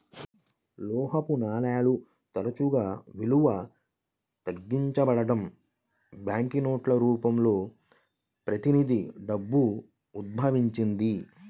లోహపు నాణేలు తరచుగా విలువ తగ్గించబడటం, బ్యాంకు నోట్ల రూపంలో ప్రతినిధి డబ్బు ఉద్భవించింది